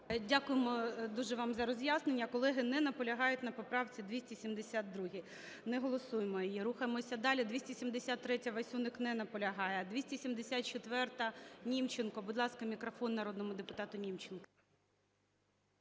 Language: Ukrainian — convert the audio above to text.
Дякуємо дуже вам за роз'яснення. Колеги не наполягають на поправці 272. Не голосуємо її. Рухаємося далі. 273-а, Васюник. Не наполягає. 274-а. Німченко. Будь ласка, мікрофон народному депутату Німченку.